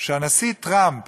שהנשיא טראמפ